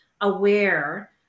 aware